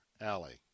Alley